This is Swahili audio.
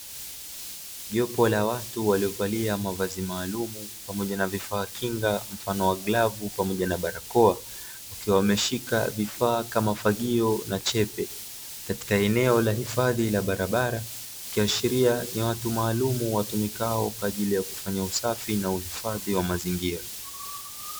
Jopo la watu waliovalia mavazi maalumu pamoja na vifaa kinga mfano wa glavu pamoja na barakoa, wakiwa wameshika vifaa kama fagio na chepe katika eneo la hifadhi la barabara, ikiashiria ni watu maalumu watumikao kwaajili ya kufanya usafi na uhifadhi wa mazingira.